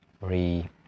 re